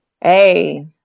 Hey